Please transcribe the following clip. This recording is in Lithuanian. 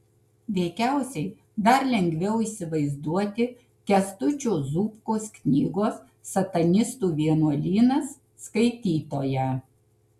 veikiausiai dar lengviau įsivaizduoti kęstučio zubkos knygos satanistų vienuolynas skaitytoją